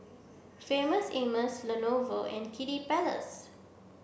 Famous Amos Lenovo and Kiddy Palace